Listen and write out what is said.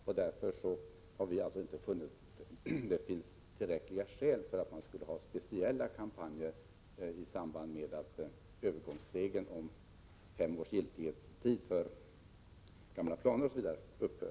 Vi har funnit att det inte finns tillräckliga skäl för att man skulle ha speciella kampanjer i samband med att övergångsregeln om fem års giltighetstid för gamla planer osv. upphör.